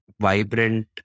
vibrant